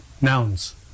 nouns